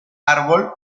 árbol